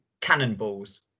cannonballs